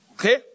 Okay